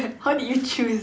how did you choose